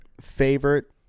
favorite